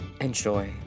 enjoy